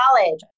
college